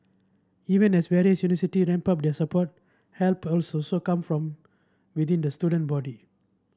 even as various university ramp up their support help come from within the student body